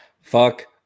Fuck